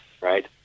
right